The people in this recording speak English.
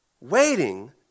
waiting